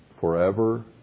Forever